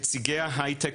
נציגי ההייטק,